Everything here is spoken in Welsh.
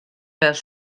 fel